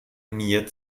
mir